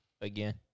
Again